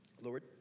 Lord